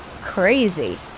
Crazy